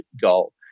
goal